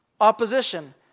opposition